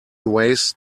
ways